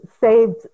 saved